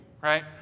right